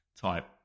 type